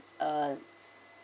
uh